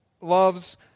loves